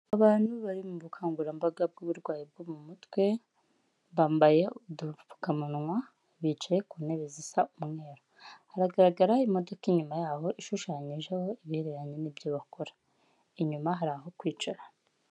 Abantu bari mu bukangurambaga bw'uburwayi bwo mu mutwe bambaye udupfukamunwa bicaye ku ntebe zisa umweru hagaragara imodoka inyuma yabo ishushanyijeho ibihereranye n'ibyo bakora inyuma hari aho kwicara.